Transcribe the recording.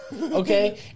Okay